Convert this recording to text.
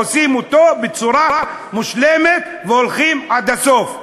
עושים אותו בצורה מושלמת והולכים עד הסוף.